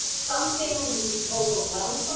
some families will be overwhelmed